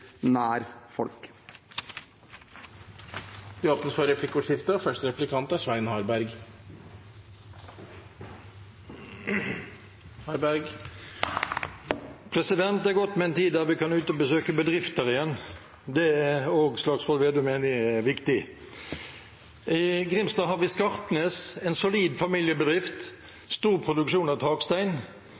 nær folk. Det blir replikkordskifte. Det er godt med en tid der vi kan dra ut og besøke bedrifter igjen. Det er også Slagsvold Vedum enig i at er viktig. I Grimstad har vi Skarpnes – en solid familiebedrift, stor produksjon av takstein,